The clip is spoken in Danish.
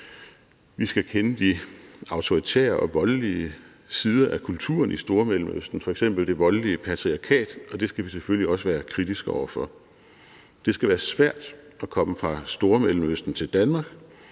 Vi skal kende de autoritære, voldelige sider af kulturen i Stormellemøsten, f.eks. det voldelige patriarkat, og dem skal vi selvfølgelig også være kritiske over for. Det skal være svært at komme fra Stormellemøsten til Danmark,